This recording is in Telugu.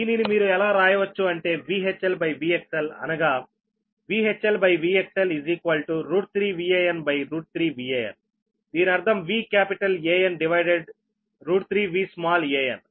దీనిని మీరు ఎలా రాయవచ్చు అంటే VHLVXLఅనగా VHLVXL 3 VAn3 Vanదీనర్థం V capital An divided 3 V small an